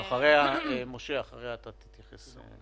אחריה משה ברקת יתייחס.